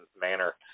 manner